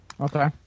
Okay